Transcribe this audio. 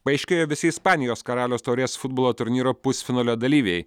paaiškėjo visi ispanijos karaliaus taurės futbolo turnyro pusfinalio dalyviai